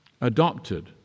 adopted